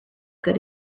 good